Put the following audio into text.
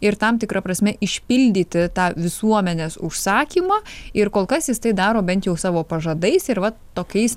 ir tam tikra prasme išpildyti tą visuomenės užsakymą ir kol kas jis tai daro bent jau savo pažadais ir va tokiais